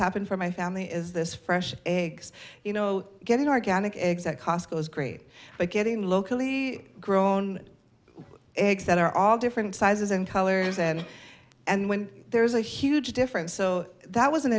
happened for my family is this fresh eggs you know getting our gannett eggs that cost goes great by getting locally grown eggs that are all different sizes and colors and and when there's a huge difference so that was an